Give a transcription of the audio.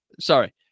sorry